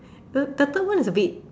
the the third one is a bit